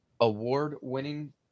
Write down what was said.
award-winning